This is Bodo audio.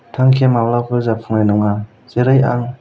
थांखिया माब्लाबाबो जाफुंनाय नङा जेरै आं